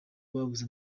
babuze